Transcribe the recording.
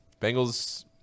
Bengals